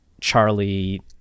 Charlie